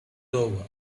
over